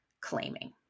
claiming